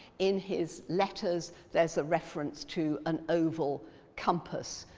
in his letters, there's a reference to an oval compass,